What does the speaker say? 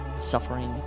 suffering